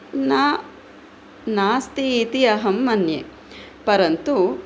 न नास्ति इति अहं मन्ये परन्तु